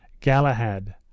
Galahad